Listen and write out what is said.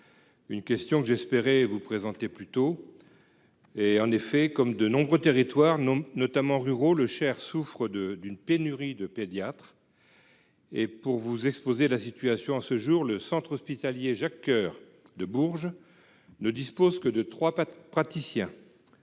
Une question que j'espérais vous présenter plus tôt. Et en effet, comme de nombreux territoires non notamment ruraux le Cher souffrent de d'une pénurie de pédiatres. Et pour vous exposer la situation à ce jour, le centre hospitalier Jacques Coeur de Bourges. Ne dispose que de 3 praticiens.